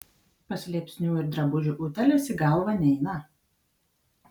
paslėpsnių ir drabužių utėlės į galvą neina